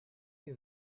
you